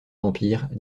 vampire